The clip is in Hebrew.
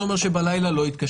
זה אומר שבלילה לא יתקשרו,